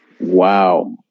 Wow